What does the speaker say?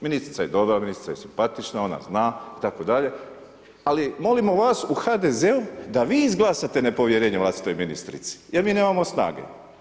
Ministrica je dobra, ministra je simpatična, ona zna itd., ali molimo vas u HDZ-u da vi izglasate nepovjerenje vlastitoj ministrici jer mi nemamo snage.